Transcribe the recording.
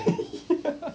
ya